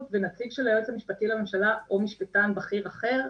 ונציג של היועץ המשפטי לממשלה או משפן בכיר אחר,